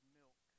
milk